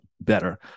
better